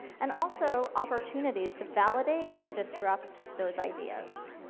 and also, opportunities to validate or disrupt those ideas.